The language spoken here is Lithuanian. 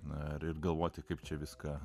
na ir galvoti kaip čia viską